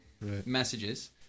messages